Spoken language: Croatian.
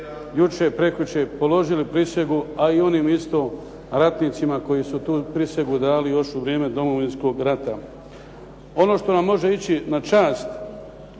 su jučer, prekjučer položili prisegu, a i onim isto ratnicima koji su tu prisegu dali još u vrijeme Domovinskog rata. Ono što nam može ići na čast,